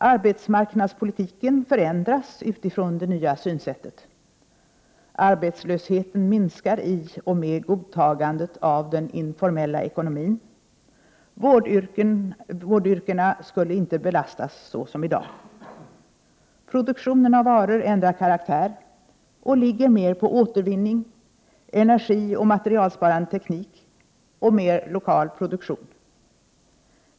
Arbetsmarknadspolitiken förändras utifrån det nya synsättet. Arbetslösheten minskar i och med godtagandet av den informella ekonomin, vårdyrkena belastas inte så som i dag. Produktionen av varor ändrar karaktär och ligger mer på återvinning, energioch materialsparande teknik och mer lokal produktion.